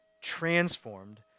transformed